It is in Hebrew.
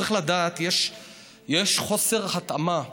צריך לדעת שיש חוסר התאמה.